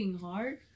Hard